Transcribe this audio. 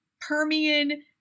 Permian